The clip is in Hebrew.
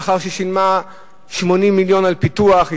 לאחר ששילמה 80 מיליון על פיתוח,